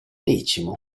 decimo